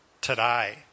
today